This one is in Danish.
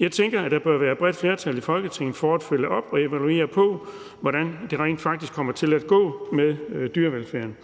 Jeg tænker, at der bør være bredt flertal i Folketinget for at følge op og evaluere på, hvordan det rent faktisk kommer til at gå med dyrevelfærden.